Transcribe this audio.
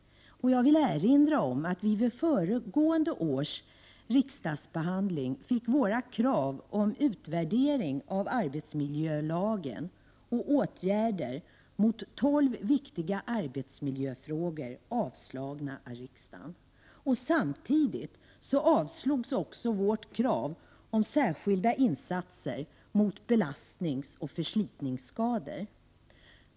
Jag vill erinra om att vi vid föregående års riksdagsbehandling fick våra krav på utvärdering av arbetsmiljölagen och åtgärder mot tolv viktiga arbetsmiljöfrågor avslagna av riksdagen. Samtidigt avslogs också vårt krav på särskilda insatser mot belastningsoch förslitningsskador.